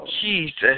Jesus